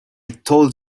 told